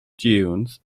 dunes